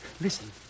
Listen